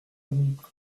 donc